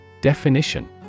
Definition